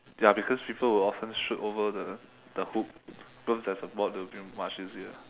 ya because people will often shoot over the the hook cause there is a board it will be much easier